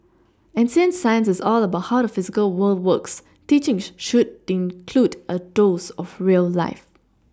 and since science is all about how the physical world works teaching should include a dose of real life